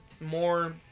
more